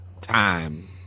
time